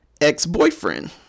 ex-boyfriend